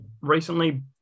recently